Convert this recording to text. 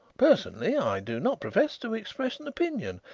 personally, i do not profess to express an opinion.